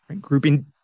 grouping